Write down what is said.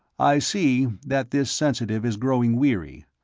i see that this sensitive is growing weary,